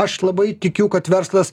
aš labai tikiu kad verslas